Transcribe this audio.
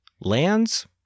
lands